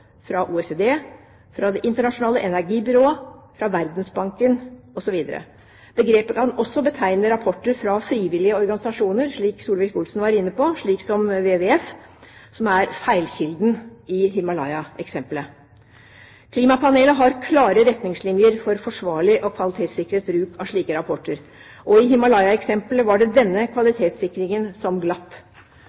fra OECD, fra Det internasjonale energibyrå, fra Verdensbanken osv. Begrepet kan også betegne rapporter fra frivillige organisasjoner – som Solvik-Olsen var inne på – som World Wide Fund for Nature, WWF, som er feilkilden i Himalaya-eksempelet. Klimapanelet har klare retningslinjer for forsvarlig og kvalitetssikret bruk av slike rapporter, og i Himalaya-eksempelet var det denne kvalitetssikringen som glapp.